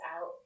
out